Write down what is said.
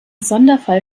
sonderfall